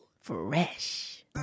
Fresh